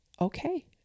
Okay